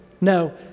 No